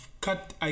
cut